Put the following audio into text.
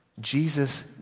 Jesus